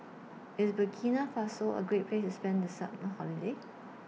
IS Burkina Faso A Great Place to spend The Summer Holiday